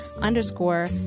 underscore